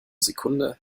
sekunde